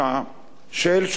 של שותפות,